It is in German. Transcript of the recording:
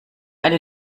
eine